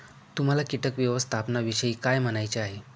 तुम्हाला किटक व्यवस्थापनाविषयी काय म्हणायचे आहे?